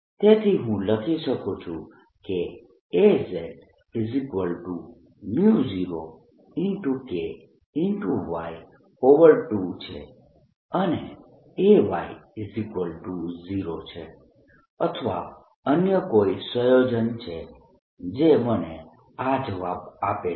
તેથી હું લખી શકું છું કે Az0 K y2 છે અને Ay0 છે અથવા અન્ય કોઈ સંયોજન છે જે મને આ જવાબ આપે છે